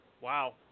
Wow